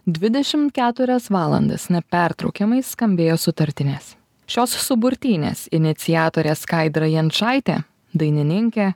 dvidešimt keturias valandas nepertraukiamai skambėjo sutartinės šios suburtynės iniciatorė skaidra jančaitė dainininkė